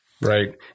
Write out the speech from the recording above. Right